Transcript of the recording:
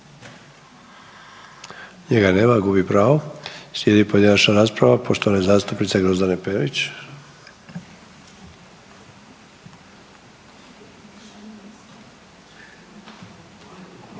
njega nema. Gubi pravo. Slijedi pojedinačna rasprava poštovane zastupnice Grozdane Perić.